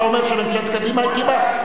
אתה אומר שממשלת קדימה הקימה,